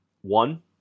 One